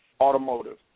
Automotive